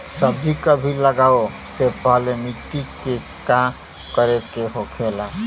सब्जी कभी लगाओ से पहले मिट्टी के का करे के होखे ला?